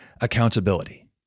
accountability